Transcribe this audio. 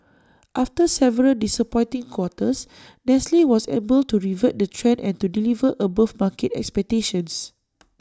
after several disappointing quarters nestle was able to revert the trend and to deliver above market expectations